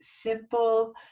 simple